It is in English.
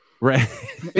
Right